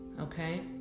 okay